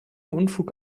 unfug